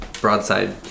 broadside